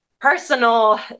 personal